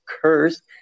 cursed